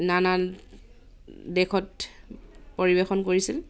নানান দেশত পৰিৱেশন কৰিছিল